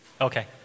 Okay